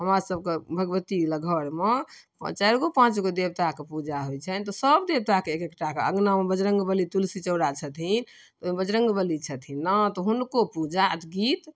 हमरा सबके भगवती लऽ घरमे चारि गो पाँच गो देबताके पूजा होइ छनि तऽ सब देवताके एक एकटाके अङ्गनामे बजरङ्गवली तुलसी चौरा छथिन तऽ ओइमे बजरङ्गवली छथिन नऽ तऽ हुनको पूजा गीत